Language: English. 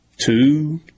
two